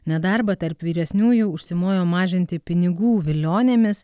nedarbą tarp vyresniųjų užsimojo mažinti pinigų vilionėmis